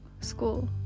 school